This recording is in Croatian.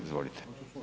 Izvolite.